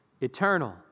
eternal